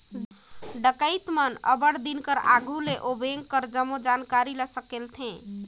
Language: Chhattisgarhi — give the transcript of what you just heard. डकइत मन अब्बड़ दिन कर आघु ले ओ बेंक कर जम्मो जानकारी ल संकेलथें